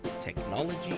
technology